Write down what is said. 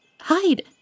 hide